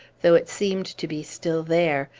though it seemed to be still there,